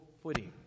Footing